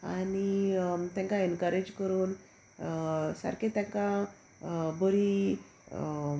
आनी तेंकां एनकरेज करून सारकें तेंकां बरी